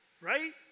right